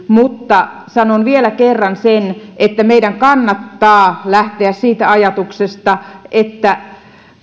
mutta sanon vielä kerran sen että meidän kannattaa lähteä siitä ajatuksesta että